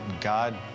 God